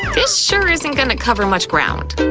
this sure isn't gonna cover much ground.